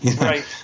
Right